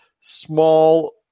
small